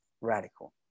radical